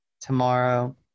tomorrow